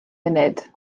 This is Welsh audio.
munud